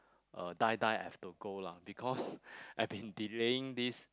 uh die die I have to go lah because I've been delaying this